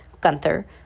Gunther